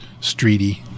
streety